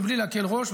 בלי להקל ראש,